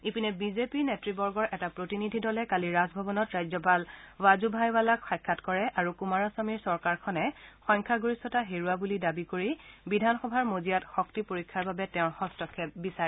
ইপিনে বিজেপি নেত্বৰ্গৰ এটা প্ৰতিনিধি দলে কালি ৰাজভৱনত ৰাজ্যপাল ৱাজুভাই ৱালাক সাক্ষাৎ কৰে আৰু কুমাৰস্বামীৰ চৰকাৰখনে সংখ্যাগৰিষ্ঠতা হেৰুওৱা বুলি দাবী কৰি বিধানসভাৰ মজিয়াত শক্তি পৰীক্ষাৰ বাবে তেওঁৰ হস্তক্ষেপ বিচাৰে